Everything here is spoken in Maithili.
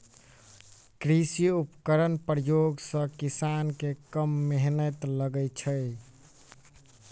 कृषि उपकरणक प्रयोग सॅ किसान के कम मेहनैत लगैत छै